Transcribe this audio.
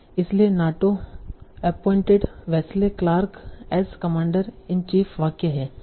इसलिए NATO appointed Wesley Clark as commander in chief वाक्य है